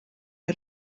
iya